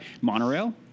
Monorail